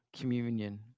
communion